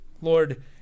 Lord